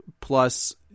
plus